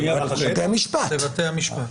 בבתי המשפט.